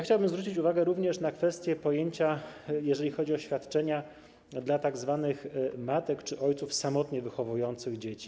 Chciałbym zwrócić również uwagę na kwestię pojęcia, jeżeli chodzi o świadczenia dla tzw. matek czy ojców samotnie wychowujących dzieci.